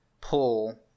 pull